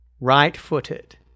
right-footed